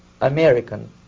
American